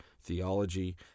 theology